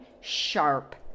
sharp